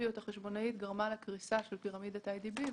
האגרסיביות החשבונאית גרמה לקריסה של פירמידת איי די בי.